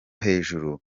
hejuru